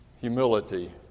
humility